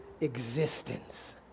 existence